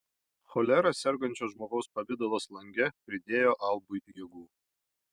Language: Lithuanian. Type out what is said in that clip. cholera sergančio žmogaus pavidalas lange pridėjo albui jėgų